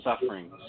sufferings